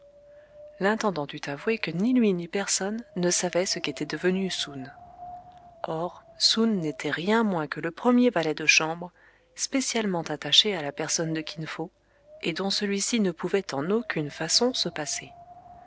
l'intendant dut avouer que ni lui ni personne ne savait ce qu'était devenu soun or soun n'était rien moins que le premier valet de chambre spécialement attaché à la personne de kin fo et dont celui-ci ne pouvait en aucune façon se passer